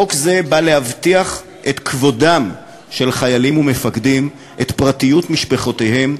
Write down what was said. חוק זה בא להבטיח את כבודם של חיילים ומפקדים ואת פרטיות משפחותיהם,